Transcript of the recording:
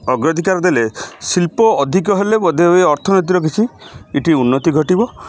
ଅଗ୍ରାଧିକାର ଦେଲେ ଶିଳ୍ପ ଅଧିକ ହେଲେ ବୋଧହୁଏ ଅର୍ଥନୀତିର କିଛି ଏଠି ଉନ୍ନତି ଘଟିବ